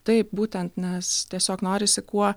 taip būtent nes tiesiog norisi kuo